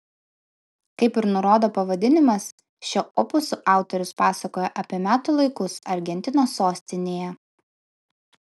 kaip ir nurodo pavadinimas šiuo opusu autorius pasakoja apie metų laikus argentinos sostinėje